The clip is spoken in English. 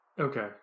Okay